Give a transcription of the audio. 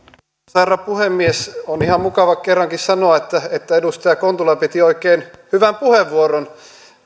herra puhemies on ihan mukava kerrankin sanoa että että edustaja kontula piti oikein hyvän puheenvuoron